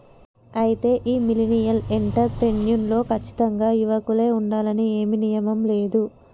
అయితే ఈ millennial entrepreneur లో కచ్చితంగా యువకులే ఉండాలని ఏమీ నియమం లేదు